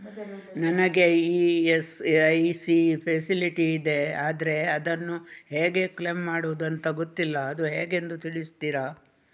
ನನಗೆ ESIC facility ಇದೆ ಆದ್ರೆ ಅದನ್ನು ಹೇಗೆ ಕ್ಲೇಮ್ ಮಾಡೋದು ಅಂತ ಗೊತ್ತಿಲ್ಲ ಅದು ಹೇಗೆಂದು ತಿಳಿಸ್ತೀರಾ?